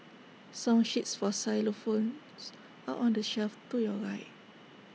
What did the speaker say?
song sheets for xylophones are on the shelf to your right